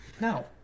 No